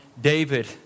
David